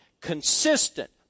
consistent